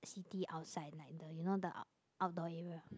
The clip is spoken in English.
city outside like the you know like the outdoor area